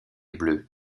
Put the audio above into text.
bleue